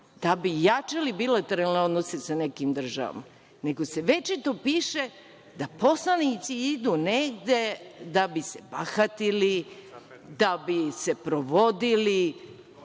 da bi jačali bilateralne odnose sa nekim državama, nego se večito piše da poslanici idu negde da bi se bahatili, da bi se provodili.